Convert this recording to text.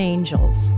Angels